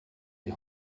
die